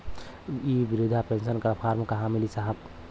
इ बृधा पेनसन का फर्म कहाँ मिली साहब?